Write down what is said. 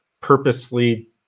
purposely